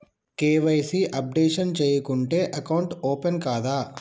KYC updation చేయకుంటే account open కాదా?